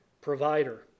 provider